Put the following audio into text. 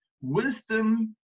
wisdom